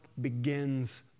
begins